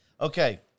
Okay